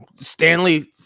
Stanley